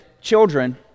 children